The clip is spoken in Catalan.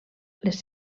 les